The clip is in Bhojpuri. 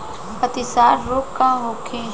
अतिसार रोग का होखे?